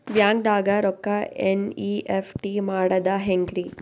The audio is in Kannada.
ಬ್ಯಾಂಕ್ದಾಗ ರೊಕ್ಕ ಎನ್.ಇ.ಎಫ್.ಟಿ ಮಾಡದ ಹೆಂಗ್ರಿ?